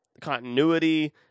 continuity